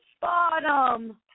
bottom